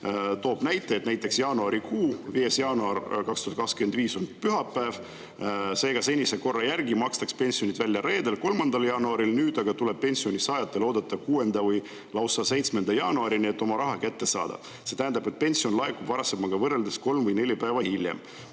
Toob näite, et näiteks jaanuarikuu, 5. jaanuar 2025 on pühapäev. Seega senise korra järgi makstaks pensionid välja reedel, 3. jaanuaril, nüüd aga tuleb pensionisaajatel oodata 6. või lausa 7. jaanuarini, et oma raha kätte saada. See tähendab, et pension laekub varasemaga võrreldes kolm või neli päeva hiljem.